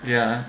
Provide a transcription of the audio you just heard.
yeah